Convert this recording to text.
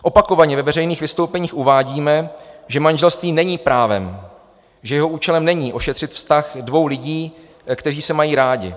Opakovaně ve veřejných vystoupeních uvádíme, že manželství není právem, že jeho účelem není ošetřit vztah dvou lidí, kteří se mají rádi.